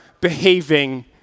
behaving